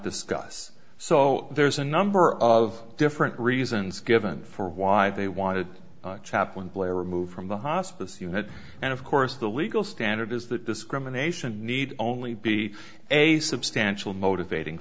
discuss so there's a number of different reasons given for why they wanted chaplain blair removed from the hospice unit and of course the legal standard is that discrimination need only be a substantial motivating